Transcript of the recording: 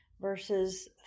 verses